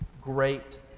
great